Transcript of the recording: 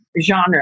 genre